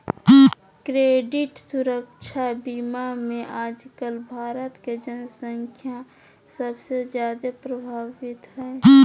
credit सुरक्षा बीमा मे आजकल भारत के जन्संख्या सबसे जादे प्रभावित हय